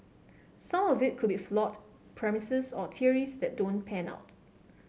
some of it could be flawed premises or theories that don't pan out